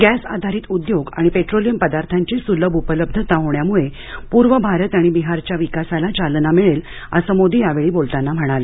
gas आधारित उद्योग आणि पेट्रोलियम पदार्थांची सुलभ उपलब्धता होण्यामुळे पूर्व भारत आणि बिहारच्या विकासाला चालना मिळेल अस मोदी यावेळी बोलताना म्हणाले